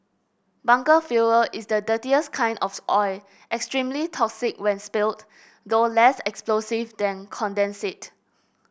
bunker fuel is the dirtiest kind of oil extremely toxic when spilled though less explosive than condensate